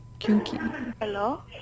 Hello